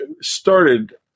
started